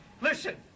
Listen